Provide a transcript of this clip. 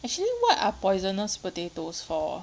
actually what are poisonous potatoes for